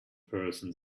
person